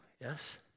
yes